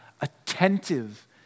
attentive